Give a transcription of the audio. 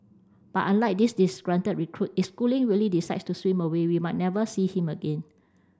but unlike this disgruntled recruit it schooling really decides to swim away we might never see him again